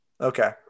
Okay